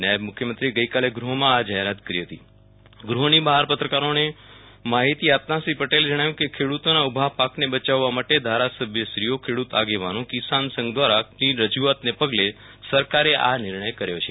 નાયબ મુખ્યમંત્રીએ ગઈકાલે ગૃહમાં આ જાહેરાત કરી હતી ગૃહની બહાર પત્રકારોને માહિતી આપતા શ્રી પટેલે જણાવ્યુ કે ખેડુતોના ઉભા પાકને બચાવવા માટે ધારાસભ્યોશ્રીઓખેડુત આગેવાનો કિસાન સંઘ દ્રારા કરાયેલા રજુઆતના પગલે સરકારે આ નિર્ણય કર્યો છે